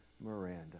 Miranda